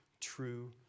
true